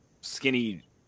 skinny